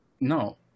no